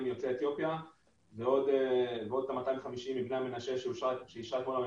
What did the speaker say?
יוצאי אתיופיה ועוד כ-250 מבני המנשה שהממשלה אישרה אתמול.